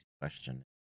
question